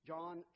John